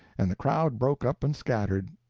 and the crowd broke up and scattered.